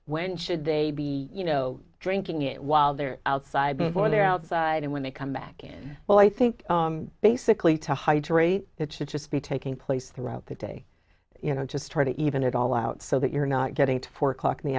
when should they be you know drinking it while they're outside before they're outside and when they come back in well i think basically to hydrate it should just be taking place throughout the day you know just try to even it all out so that you're not getting to four o'clock in the